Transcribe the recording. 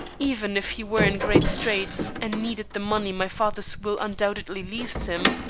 even if he were in great straits and needed the money my father's will undoubtedly leaves him,